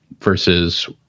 versus